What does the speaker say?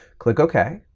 click ok,